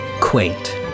quaint